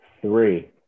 three